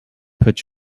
put